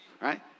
Right